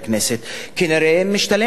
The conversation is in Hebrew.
כנראה משתלם להיות מתנחל.